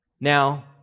Now